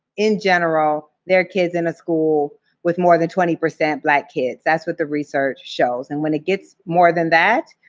in general, their kids in a school with more than twenty percent black kids. that's what the research shows, and when it gets more than that,